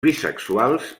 bisexuals